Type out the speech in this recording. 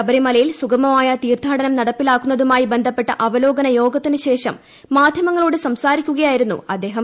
ശബരിമലയിൽ സുഗമമായ തീർത്ഥാടനം നടപ്പാക്കുന്നതുമായി ബന്ധപ്പെട്ട അവലോക യോഗത്തിനുശേഷം മാധ്യമങ്ങളോടു സംസാരിക്കുകയായിരുന്നു അദ്ദേഹം